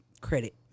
credit